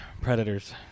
Predators